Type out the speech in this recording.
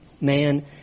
Man